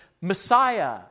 Messiah